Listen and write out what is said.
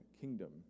kingdom